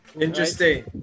Interesting